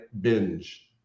binge